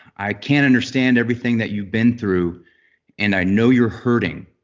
i can't understand everything that you've been through and i know you're hurting,